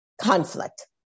conflict